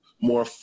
more